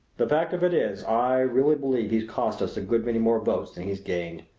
the fact of it is, i really believe he's cost us a good many more votes than he's gained.